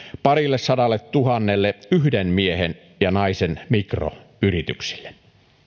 parillesadalletuhannelle yhden miehen ja naisen mikroyritykselle